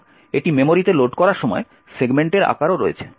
এবং এটি মেমরিতে লোড করার সময় সেগমেন্টের আকারও রয়েছে